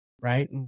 right